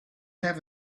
have